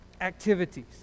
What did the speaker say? activities